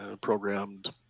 programmed